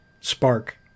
spark